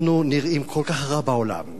אנחנו נראים כל כך רע בעולם,